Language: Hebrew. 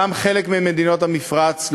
גם חלק ממדינות המפרץ,